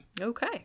Okay